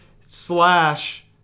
slash